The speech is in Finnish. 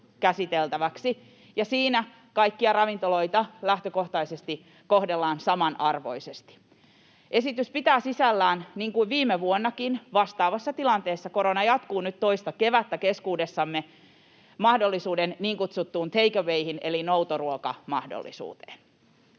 käsiteltäväksi, ja siinä kaikkia ravintoloita lähtökohtaisesti kohdellaan samanarvoisesti. Esitys pitää sisällään, niin kuin viime vuonnakin vastaavassa tilanteessa — korona jatkuu nyt toista kevättä keskuudessamme — mahdollisuuden niin kutsuttuun take awayhin eli noutoruokamahdollisuuden.